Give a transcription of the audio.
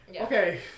okay